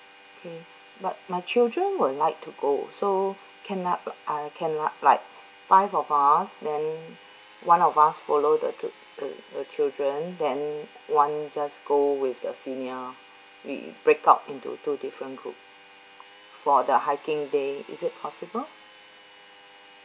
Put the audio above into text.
okay but my children would like to go so can uh can uh like five of us then one of us follow the t~ the children then one just go with the senior we break up into two different group for the hiking day is it possible